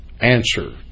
answer